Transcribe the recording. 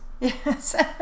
Yes